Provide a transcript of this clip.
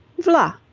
v'la!